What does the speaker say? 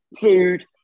food